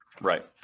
Right